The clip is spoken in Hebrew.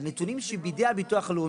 הנתונים שבידי הביטוח הלאומי,